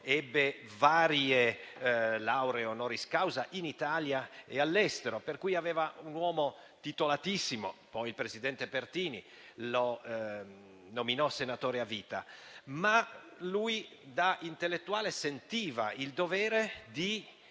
varie lauree *honoris causa*, in Italia e all'estero, per cui era un uomo titolatissimo. Poi il presidente Pertini lo nominò senatore a vita, ma lui, da intellettuale, sentiva il dovere di